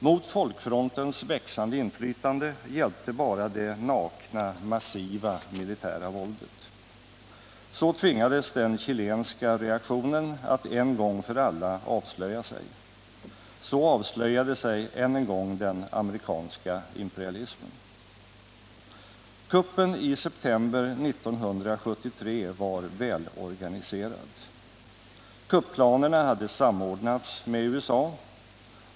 Mot folkfrontens växande inflytande hjälpte bara det nakna massiva militära våldet. Så tvingades den chilenska reaktionen att en gång för alla avslöja sig. Så avslöjade sig än en gång den amerikanska imperialismen. Kuppen i september 1973 var välorganiserad. Kupplanerna hade samordnats med USA.